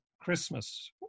Christmas